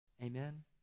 Amen